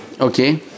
Okay